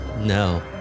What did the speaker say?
No